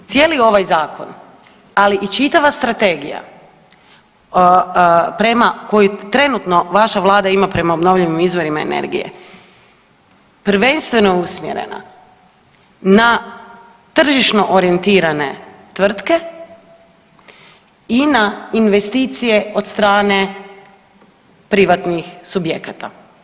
Cijeli ovaj zakon, ali i čitava strategija prema kojoj trenutno vaša Vlada ima prema obnovljivim izvorima energije prvenstveno je usmjerena na tržišno orijentirane tvrtke i na investicije od strane privatnih subjekata.